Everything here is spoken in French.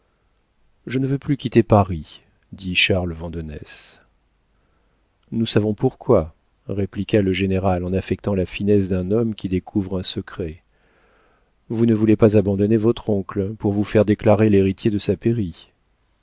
je ne veux plus quitter paris dit charles vandenesse nous savons pourquoi répliqua le général en affectant la finesse d'un homme qui découvre un secret vous ne voulez pas abandonner votre oncle pour vous faire déclarer l'héritier de sa pairie